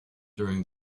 during